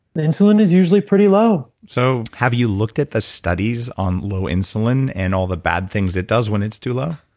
the insulin is usually pretty low so have you looked at the studies on low insulin and all the bad things it does when it's too low?